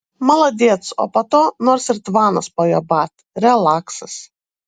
maladėc o po to nors ir tvanas pojabat relaksas